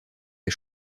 les